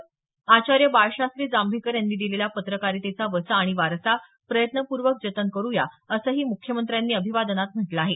आचार्य बाळशास्त्री जांभेकर यांनी दिलेला पत्रकारितेचा वसा आणि वारसा प्रयत्नपूर्वक जतन करू या असंही मुख्यमंत्र्यांनी अभिवादनात म्हटलं आहे